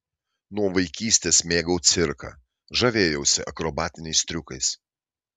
nuo vaikystės mėgau cirką žavėjausi akrobatiniais triukais